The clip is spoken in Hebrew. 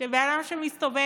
שבן אדם שמסתובב